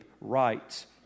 writes